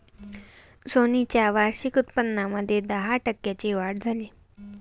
Sony च्या वार्षिक उत्पन्नामध्ये दहा टक्क्यांची वाढ झाली